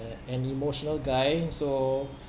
an emotional guy so